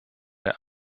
der